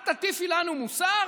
את תטיפי לנו מוסר?